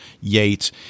Yates